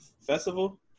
festival